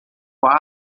fosse